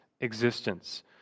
existence